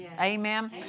Amen